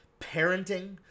parenting